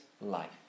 life